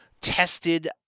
tested